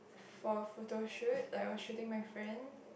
for a photo shoot like was shooting my friend